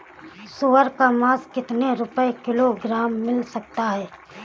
सुअर का मांस कितनी रुपय किलोग्राम मिल सकता है?